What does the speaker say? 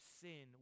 sin